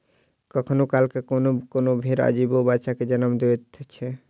कखनो काल क कोनो कोनो भेंड़ अजीबे बच्चा के जन्म दैत छै